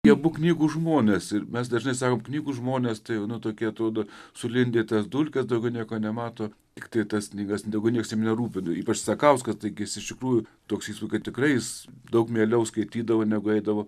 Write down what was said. jie abu knygų žmonės ir mes dažnai sakome knygų žmonės tai jau nu tokie atrodo sulindę į tas dulkes daugiau nieko nemato tiktai tas knygas daugiau nieks jiem nerūpi ypač stakauskas taigi jis iš tikrųjų toks įspūdis kad tikrai jis daug mieliau skaitydavo negu eidavo